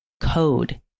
code